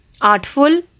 Artful